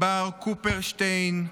בר קופרשטיין,